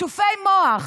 "שטופי מוח".